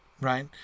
right